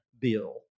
bill